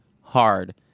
hard